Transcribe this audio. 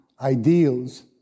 ideals